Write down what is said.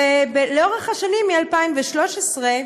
ולאורך השנים, מ-2013,